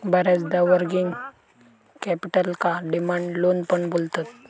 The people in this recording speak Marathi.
बऱ्याचदा वर्किंग कॅपिटलका डिमांड लोन पण बोलतत